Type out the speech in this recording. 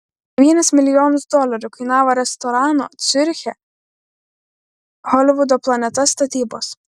devynis milijonus dolerių kainavo restorano ciuriche holivudo planeta statybos